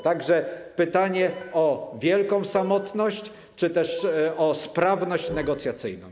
Tak że pytanie o tę wielką samotność czy też o sprawność negocjacyjną.